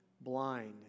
blind